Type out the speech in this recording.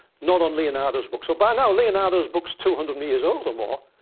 not on leonardo's book. so by now, leonardo's book's two hundred years old or more.